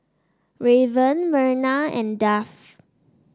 Raven Myrna and Duff